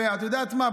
ואת יודעת מה?